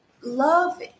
love